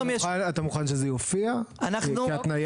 אתה מוכן שזה יופיע כהתניה?